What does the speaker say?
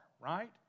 right